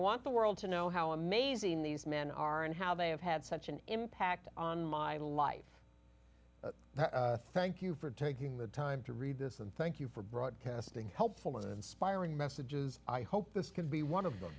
want the world to know how amazing these men are and how they have had such an impact on my life thank you for taking the time to read this and thank you for broadcasting helpful and inspiring messages i hope this could be one of them